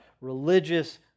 religious